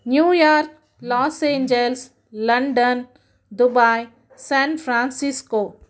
New York Los Angeles London Dubai San Francisco